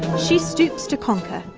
she stoops to conquer,